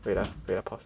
wait ah wait ah pause